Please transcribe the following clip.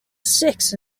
six